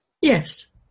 Yes